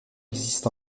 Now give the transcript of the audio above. existent